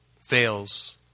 fails